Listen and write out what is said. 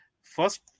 first